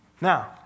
Now